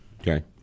Okay